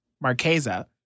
Marquesa